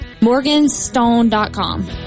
Morganstone.com